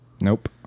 Nope